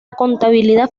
contabilidad